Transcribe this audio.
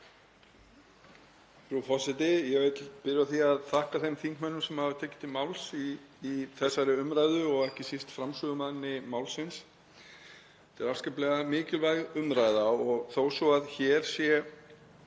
Frú forseti. Ég vil byrja á því að þakka þeim þingmönnum sem hafa tekið til máls í þessari umræðu og ekki síst framsögumanni málsins. Þetta er afskaplega mikilvæg umræða og þó svo að hér sé